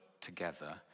together